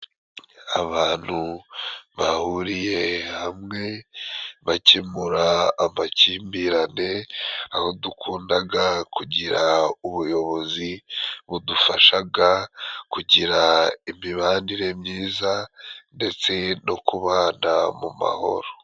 Abantu bahuriye hamwe bakemura amakimbirane， aho dukundaga kugira ubuyobozi budufashaga kugira imibanire myiza， ndetse no kubana mu mahoro.